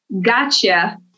Gotcha